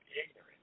ignorant